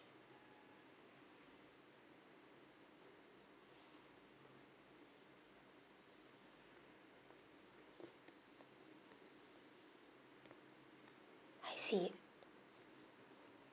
I see